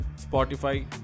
Spotify